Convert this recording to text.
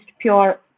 pure